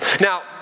Now